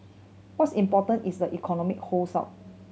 what's important is the economy holds up